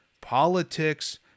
politics